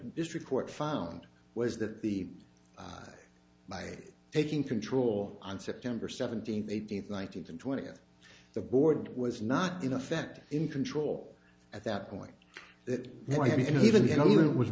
district court found was that the by taking control on september seventeenth eighteenth nineteenth and twentieth the board was not in effect in control at that point that w